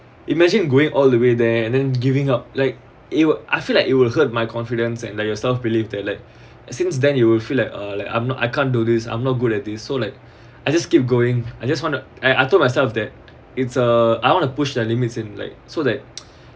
imagine going all the way there and then giving up like it I feel like it will hurt my confidence and like yourself belief that like since then you will feel like uh like I'm no I can't do this I'm not good at this so like I just keep going I just want to I I told myself that it's uh I want to push the limits in like so that